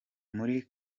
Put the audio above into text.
muri